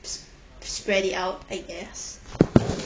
s~ spread it out I guess